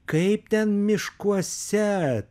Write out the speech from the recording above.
kaip ten miškuose